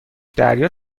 دریا